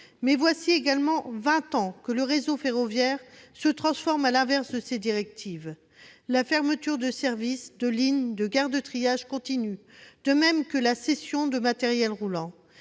mais voilà vingt ans que le réseau ferroviaire se transforme à rebours de ces directives. Les fermetures de services, de lignes, de gares de triage continuent, de même que les cessions de matériel roulant.